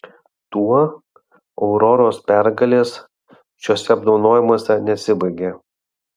tuo auroros pergalės šiuose apdovanojimuose nesibaigė